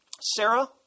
Sarah